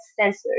censored